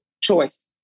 choice